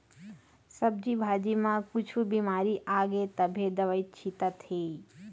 सब्जी भाजी म कुछु बिमारी आगे तभे दवई छितत हे